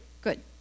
Good